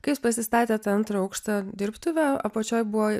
kai jis pasistatė tą antrą aukštą dirbtuvę apačioj buvo